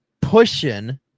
Pushing